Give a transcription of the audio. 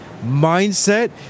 mindset